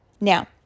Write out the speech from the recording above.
Now